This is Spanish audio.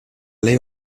ley